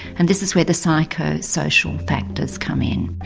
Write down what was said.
and this is where the psycho-social factors come in.